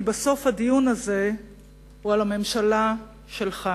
כי בסוף, הדיון הזה הוא על הממשלה שלך.